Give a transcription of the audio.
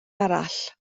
arall